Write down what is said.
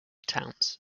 towns